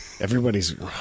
Everybody's